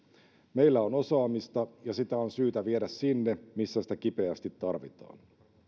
meillä on osaamista ja sitä on syytä viedä sinne missä sitä kipeästi tarvitaan